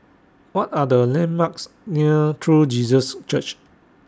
What Are The landmarks near True Jesus Church